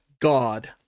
God